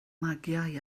magiau